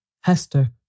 Hester